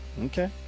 Okay